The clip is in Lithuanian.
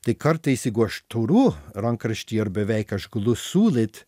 tai kartais jeigu aš turiu rankraštį ar beveik aš galiu siūlyt